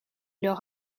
leur